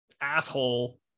asshole